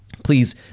Please